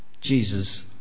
Jesus